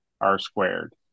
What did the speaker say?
r-squared